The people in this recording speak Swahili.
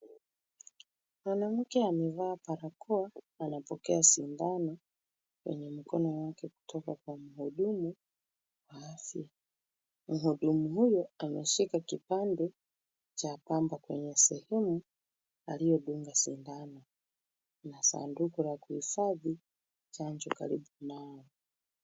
Mwanamke amevaa barakoa na anapokea sindano kwenye mkono wake kutoka kwa mhudumu wa afya. Mhudumu huyo ameshika kipande cha pamba kwenye sehemu aliyodunga sindano. Kuna sanduku la kuhifadhi chanjo karibu nao.